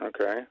okay